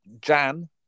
Jan